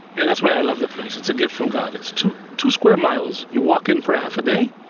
and that's why i love the place. it's a gift from god. it's two two square miles, you walk in for half a day,